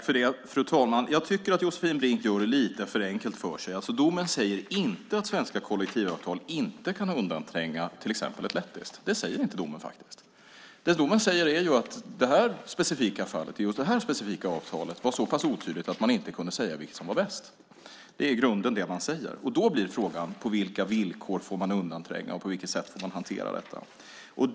Fru talman! Jag tycker att Josefin Brink gör det lite för enkelt för sig. Domen säger inte att svenska kollektivavtal inte kan undantränga ett lettiskt. Det säger inte domen. Det domen säger är att i det här specifika fallet var avtalet så pass otydligt att man inte kunde säga vilket som var bäst. Det är grunden i det man säger. Då blir frågan på vilka villkor man får undantränga och på vilket sätt man får hantera detta.